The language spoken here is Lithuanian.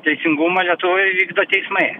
teisingumą lietuvoje vykdo teismai